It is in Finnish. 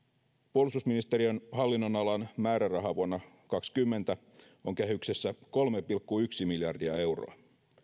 puolustusministeriön hallinnonalan määräraha vuonna kaksikymmentä on kehyksessä kolme pilkku yksi miljardia euroa